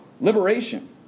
Liberation